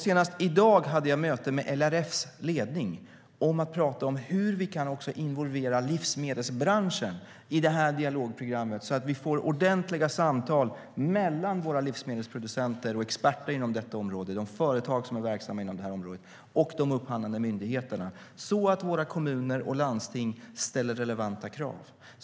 Senast i dag hade jag ett möte med LRF:s ledning om hur vi kan involvera livsmedelsbranschen i det här dialogprogrammet, så att vi får ordentliga samtal mellan våra livsmedelsproducenter, experter inom detta område, företag som är verksamma inom området samt de upphandlande myndigheterna. Det kan hjälpa våra kommuner och landsting att ställa relevanta krav.